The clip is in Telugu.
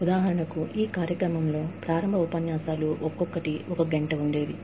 ఉదాహరణకు ఈ కార్యక్రమంలో ప్రారంభ ఉపన్యాసాలు ఒక్కొక్కటి ఒక గంట నిడివి ఉండేవి